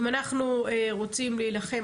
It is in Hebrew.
אם אנחנו רוצים להילחם,